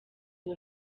uwo